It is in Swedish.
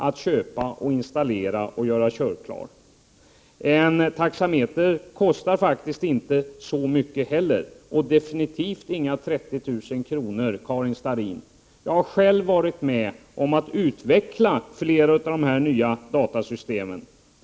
att köpa och installera och få körklar. En taxameter kostar faktiskt inte heller så mycket, och definitivt inga 30000 kr. Jag har själv varit med om att utveckla flera av de nya datasystemen.